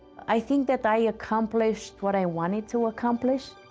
i think that i accomplished what i wanted to accomplish.